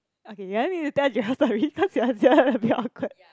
okay you want me to tell Joel story cause that one a bit awkward